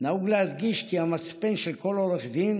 נהוג להדגיש כי המצפן של כל עורך דין